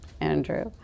Andrew